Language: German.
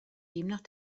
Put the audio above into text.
demnach